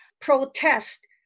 protest